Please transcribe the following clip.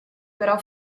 però